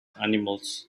animals